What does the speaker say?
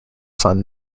son